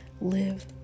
Live